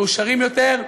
מאושרים יותר,